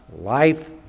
life